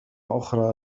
أخرى